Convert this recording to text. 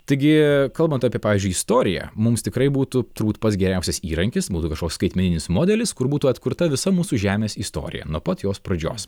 taigi kalbant apie pavyzdžiui istoriją mums tikrai būtų turbūt pats geriausias įrankis būtų kažkoks skaitmeninis modelis kur būtų atkurta visa mūsų žemės istorija nuo pat jos pradžios